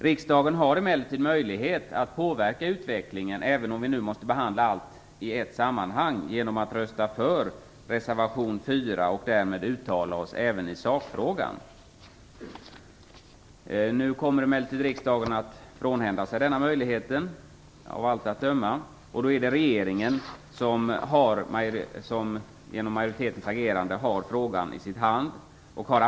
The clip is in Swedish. Riksdagen har möjlighet att påverka utvecklingen, även om vi nu måste behandla frågorna i ett sammanhang, genom att rösta för reservation 4. Därmed uttalar vi oss även i sakfrågan. Nu kommer emellertid riksdagen att frånhända sig denna möjlighet, av allt att döma. Då har regeringen, genom majoritetens agerande, frågan och ansvaret i sin hand.